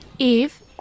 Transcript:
Eve